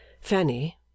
Fanny